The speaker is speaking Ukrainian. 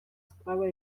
справа